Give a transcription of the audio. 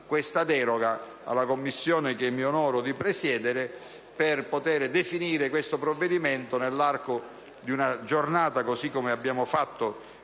Grazie,